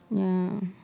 ya